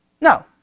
No